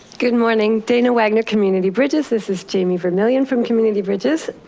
good morning, dana wagner, community bridges, this is jamie vermilion from community bridges.